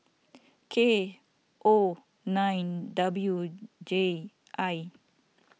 K O nine W J I